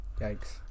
Yikes